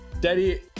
Daddy